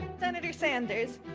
senator sanders,